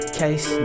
case